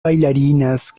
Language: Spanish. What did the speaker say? bailarinas